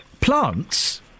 plants